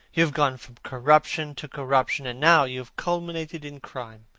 you have gone from corruption to corruption, and now you have culminated in crime.